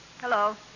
Hello